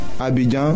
Abidjan